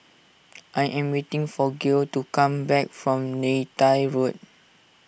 I am waiting for Gail to come back from Neythai Road